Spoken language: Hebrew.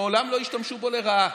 מעולם לא השתמשו בו לרעה.